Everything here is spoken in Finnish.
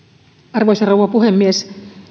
arvoisa rouva puhemies